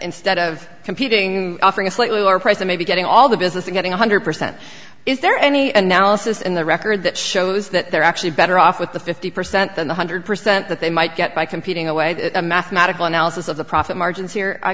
instead of competing offering a slightly lower price than maybe getting all the business of getting one hundred percent is there any and now also in the record that shows that they're actually better off with the fifty percent than one hundred percent that they might get by competing away that a mathematical analysis of the profit